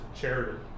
charity